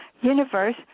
universe